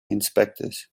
inspectors